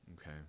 Okay